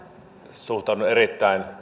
suhtaudun erittäin